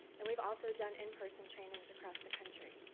and we've also done in-person trainings across the country.